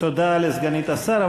תודה לסגנית השר,